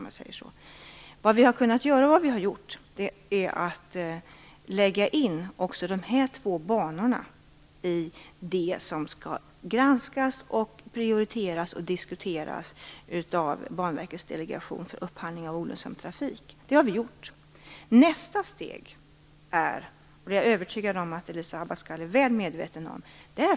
Vad vi har kunnat göra för att inte förlora tempo i den här diskussionen är att lägga in också dessa två banor bland det som skall granskas, prioriteras och diskuteras av Banverkets delegation för upphandling av olönsam trafik. Nästa steg är - vilket jag är övertygad om att Elisa Abascal Reyes är väl medveten om - en budgetfråga.